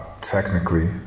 technically